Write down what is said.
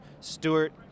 Stewart